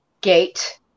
gate